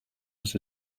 was